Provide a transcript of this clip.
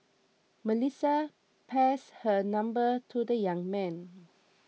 Melissa passed her number to the young man